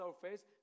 surface